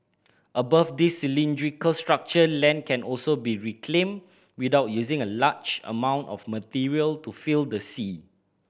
above this cylindrical structure land can also be reclaimed without using a large amount of material to fill the sea